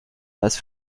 als